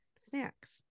snacks